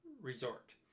resort